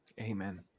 Amen